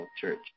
Church